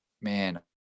man